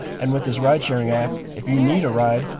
and with this ride-sharing app, if you need a ride,